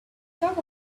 talk